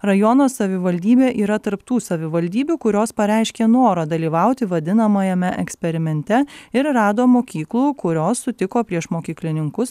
rajono savivaldybė yra tarp tų savivaldybių kurios pareiškė norą dalyvauti vadinamajame eksperimente ir rado mokyklų kurios sutiko priešmokyklininkus ar